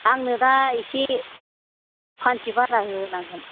आंनो दा एसे फानसे बारा होनांगोन